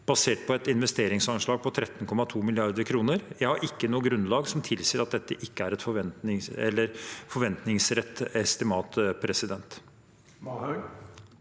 basert på et investeringsanslag på 13,2 mrd. kr. Jeg har ikke noe grunnlag som tilsier at dette ikke er et forventningsrett estimat. Sofie